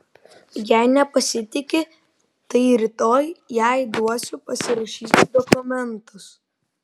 jei nepasitiki tai rytoj jai duosiu pasirašyti dokumentus